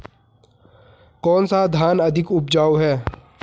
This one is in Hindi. कौन सा धान अधिक उपजाऊ है?